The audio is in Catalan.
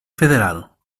federal